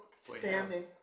standing